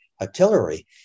Artillery